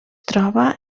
troba